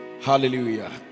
Hallelujah